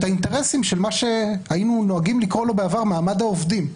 את האינטרסים של מה שהיינו נוהגים לקרוא לו בעבר "מעמד העובדים".